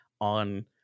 on